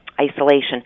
isolation